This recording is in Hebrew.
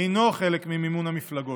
אינו חלק ממימון המפלגות.